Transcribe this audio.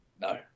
No